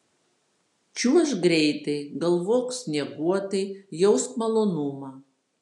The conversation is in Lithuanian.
čiuožk greitai galvok snieguotai jausk malonumą